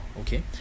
okay